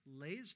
lays